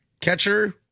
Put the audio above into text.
Catcher